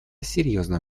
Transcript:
серьезным